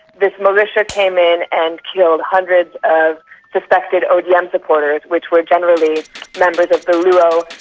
this militia came in and killed hundreds of suspected odm supporters, which were generally members of the luo,